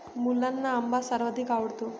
मुलांना आंबा सर्वाधिक आवडतो